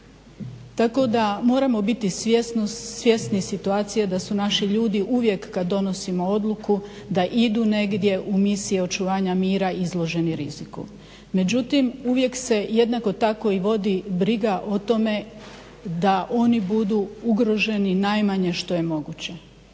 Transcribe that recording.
tako da moramo biti svjesni situacije da su naši ljudi uvijek kad donosimo odluku da idu negdje u misije očuvanja mira izloženi riziku. Međutim uvijek se jednako tako i vodi briga o tome da oni budu ugroženi najmanje što je moguće.